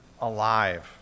alive